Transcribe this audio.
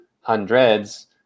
hundreds